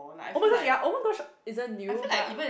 oh-my-gosh ya oh-my-gosh isn't new but